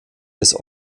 des